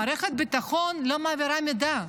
מערכת הביטחון לא מעבירה מידע.